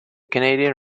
canadian